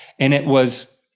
and it was,